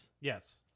Yes